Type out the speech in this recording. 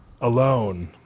alone